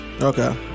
okay